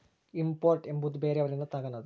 import ಎಂಬುವುದು ಬೇರೆಯವರಿಂದ ತಗನದು